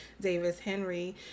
Davis-Henry